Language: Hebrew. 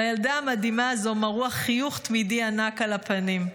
לילדה המדהימה הזאת מרוח חיוך תמידי ענק על הפנים.